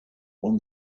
when